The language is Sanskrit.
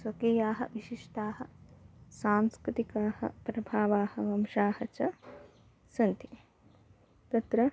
स्वकीयाः विशिष्टाः सांस्कृतिकाः प्रभावाः वंशाः च सन्ति तत्र